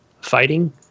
fighting